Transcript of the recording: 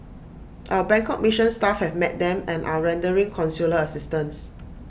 our Bangkok mission staff have met them and are rendering consular assistance